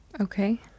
Okay